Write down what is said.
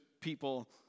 people